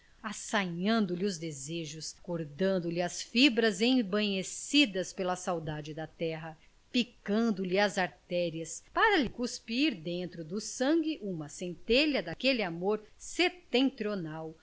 dele assanhando lhe os desejos acordando lhe as fibras embambecidas pela saudade da terra picando lhe as artérias para lhe cuspir dentro do sangue uma centelha daquele amor setentrional